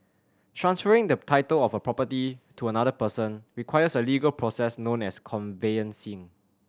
transferring the title of a property to another person requires a legal process known as conveyancing